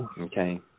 Okay